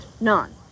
None